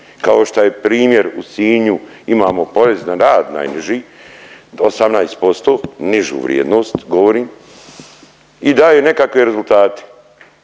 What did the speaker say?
kao šta je primjer u Sinju imamo porez na rad najniži 18% nižu vrijednost govorim i daju nekakve rezultate.